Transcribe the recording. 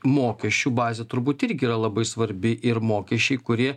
mokesčių bazė turbūt irgi yra labai svarbi ir mokesčiai kurie